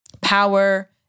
power